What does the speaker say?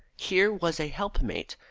here was a help-mate,